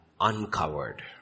uncovered